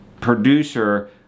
producer